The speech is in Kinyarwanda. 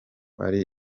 ari